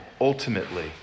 Ultimately